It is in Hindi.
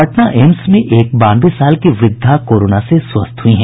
पटना एम्स में एक बानवे साल की वृद्धा कोरोना से स्वस्थ हुई हैं